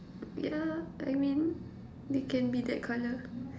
yeah I mean they can be that colour